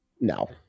No